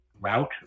route